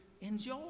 enjoy